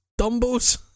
dumbos